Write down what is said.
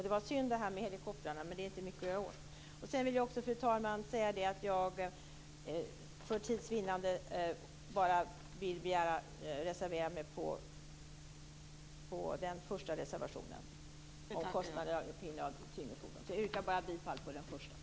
Det var synd att Lena Sandlin inte godtog mitt förslag om helikoptrarna, men det är inte mycket att göra åt det. Jag vill också, fru talman, för tids vinnande yrka bifall till reservation 1.